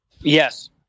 Yes